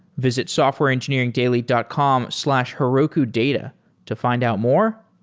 visit softwareengineeringdaily dot com slash herokudata to find out more,